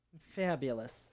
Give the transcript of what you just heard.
Fabulous